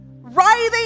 writhing